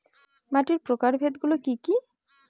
মাটির প্রকারভেদ গুলো কি কী?